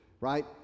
right